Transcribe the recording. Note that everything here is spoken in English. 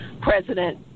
President